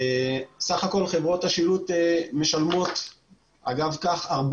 בסך הכול חברות השילוט משלמות אגב כך 400